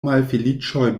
malfeliĉoj